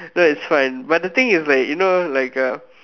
no it's fine but the thing is like you know like uh